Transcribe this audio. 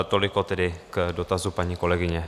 Toliko tedy k dotazu paní kolegyně.